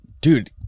dude